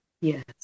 Yes